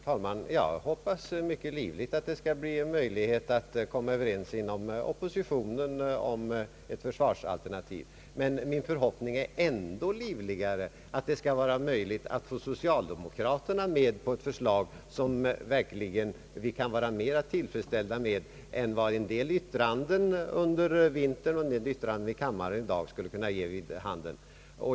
Herr talman! Jag hoppas mycket livligt att det blir möjligt att komma Överens inom oppositionen om ett försvarsalternativ. Men min förhoppning är ändå livligare att det skall vara möjligt att få socialdemokraterna med på ett förslag, som vi verkligen kan vara mera tillfredsställda över än vad en del yttranden under vintern och i kammaren i dag skulle kunna ge vid handen.